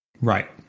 right